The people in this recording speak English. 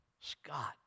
Scott